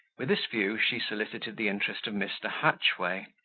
with this view she solicited the interest of mr. hatchway,